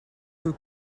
some